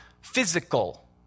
physical